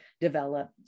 develop